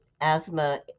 asthma